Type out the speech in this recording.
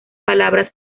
palabras